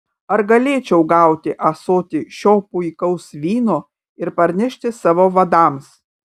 ar galėčiau gauti ąsotį šio puikaus vyno ir parnešti savo vadams